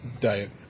Diet